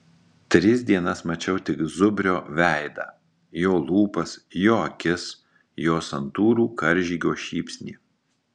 tris dienas mačiau tik zubrio veidą jo lūpas jo akis jo santūrų karžygio šypsnį